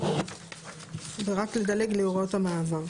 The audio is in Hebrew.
ורק לדלג להוראות המעבר.